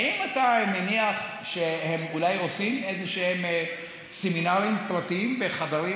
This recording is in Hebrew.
האם אתה מניח שהם אולי עושים איזשהם סמינרים פרטיים בחדרים